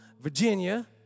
Virginia